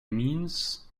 amines